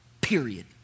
Period